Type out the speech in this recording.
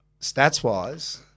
stats-wise